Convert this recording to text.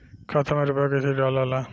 खाता में रूपया कैसे डालाला?